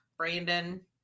Brandon